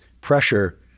pressure